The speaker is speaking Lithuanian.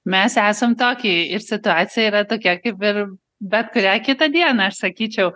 mes esam tokijuj ir situacija yra tokia kaip ir bet kurią kitą dieną aš sakyčiau